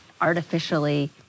artificially